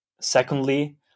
secondly